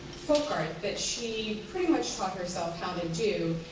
folk art that she pretty much taught herself how to do,